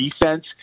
defense